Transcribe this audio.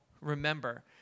Remember